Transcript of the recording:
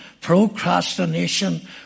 procrastination